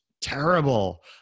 terrible